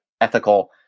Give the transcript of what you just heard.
ethical